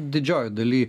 didžiojoj daly